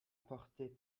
porter